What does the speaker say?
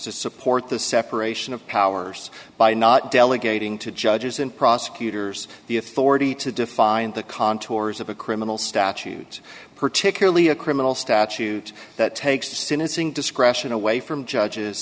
to support the separation of powers by not delegating to judges and prosecutors the authority to define the contours of a criminal statute particularly a criminal statute that takes syncing discretion away from judges